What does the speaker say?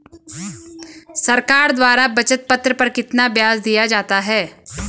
सरकार द्वारा बचत पत्र पर कितना ब्याज दिया जाता है?